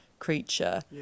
creature